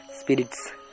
spirits